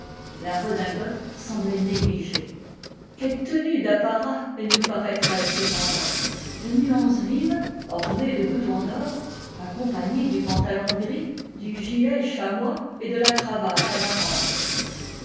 la redingote semblait négligée quelle tenue d'apparat elle nous paraîtrait cependant de nuance vive ornée de boutons d'or accompagnée du pantalon gris du gilet chamois et de la cravate amarante